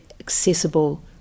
accessible